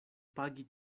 pagi